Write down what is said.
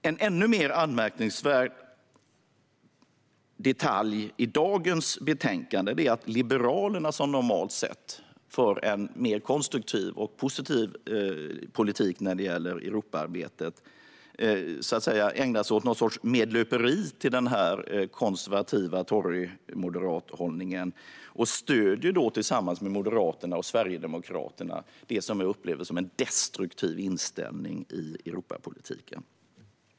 En ännu mer anmärkningsvärd detalj i dagens betänkande är att Liberalerna, som normalt för en mer konstruktiv och positiv politik när det gäller Europaarbetet, ägnar sig åt någon sorts medlöperi till Moderaternas konservativa toryhållning och tillsammans med Moderaterna och Sverigedemokraterna stöder det jag upplever som en destruktiv inställning i Europapolitiken.